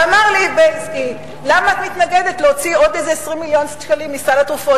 אמר לי בילסקי: למה את מתנגדת להוציא עוד 20 מיליון שקלים מסל התרופות?